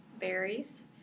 berries